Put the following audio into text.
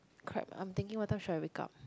correct I'm thinking what time should I wake up